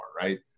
right